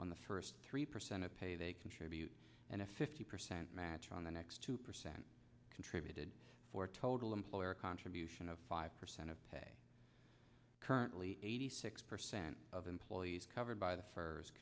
on the first three percent of pay they contribute and a fifty percent match on the next two percent contributed for total employer contribution of five percent of pay currently eighty six percent of employees covered by the firs